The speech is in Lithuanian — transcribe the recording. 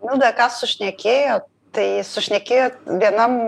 milda ką sušnekėjo tai sušnekėjot vienam